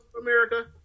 America